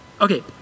Okay